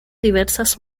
diversas